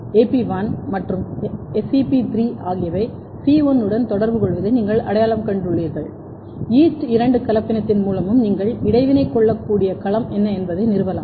AP1 மற்றும் SEP3 ஆகியவை C1 உடன் தொடர்புகொள்வதை நீங்கள் அடையாளம் கண்டுள்ளீர்கள் ஈஸ்ட் இரண்டு கலப்பினத்தின் மூலமும் நீங்கள் இடைவினை கொள்ளக்கூடிய களம் என்ன என்பதை நிறுவலாம்